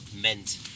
meant